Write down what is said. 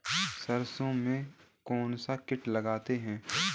सरसों में कौनसा कीट लगता है?